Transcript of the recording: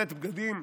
סט בגדים,